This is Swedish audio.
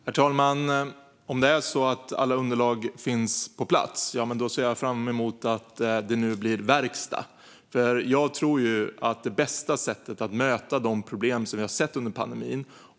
Herr talman! Om det är så att alla underlag finns på plats ser jag fram emot att det nu blir verkstad. Jag tror att åtgärder är det bästa sättet att möta de problem som vi har sett under pandemin.